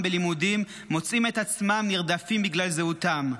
בלימודים מוצאים את עצמם נרדפים בגלל זהותם.